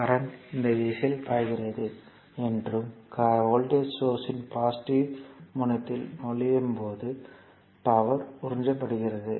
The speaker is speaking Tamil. கரண்ட் இந்த திசையில் பாய்கிறது என்றும் வோல்டேஜ் சோர்ஸ் இன் பாசிட்டிவ் முனையத்தில் நுழையும் போது பவர் உறிஞ்சப்படுகிறது